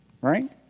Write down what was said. right